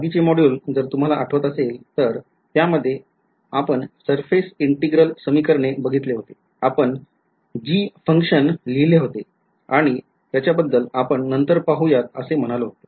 आधीचे मॉड्यूल जर तुम्हाला आठवत असेल तर त्याच्या मध्ये आपण surface Integral समीकरणे बघितले होते आपण g function लिहिले होते आणि त्याच्या बद्दल आपण नंतर पाहुयात असे म्हणालो होतो